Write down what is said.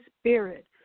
Spirit